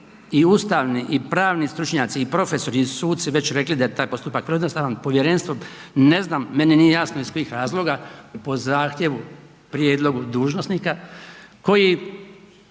i ustavni i pravni stručnjaci i profesori i suci već rekli da je taj postupak prejednostavan povjerenstvo ne znam, meni nije jasno iz kojih razloga po zahtjevu, prijedlogu dužnosnika koji